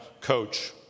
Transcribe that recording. coach